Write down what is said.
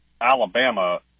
Alabama